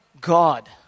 God